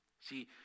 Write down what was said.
See